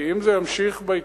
כי אם זה יימשך בהתמהמהות,